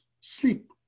sleep